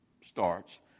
starts